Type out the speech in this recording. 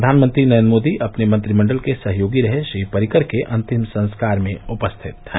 प्रधानमंत्री नरेन्द्र मोदी अपने मंत्रिमण्डल के सहयोगी रहे श्री पर्रिकर के अंतिम संस्कार में उपस्थित रहे